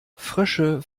frösche